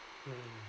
mm